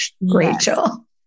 Rachel